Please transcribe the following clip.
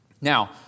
Now